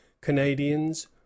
Canadians